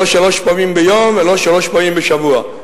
לא שלוש פעמים ביום ולא שלוש פעמים בשבוע.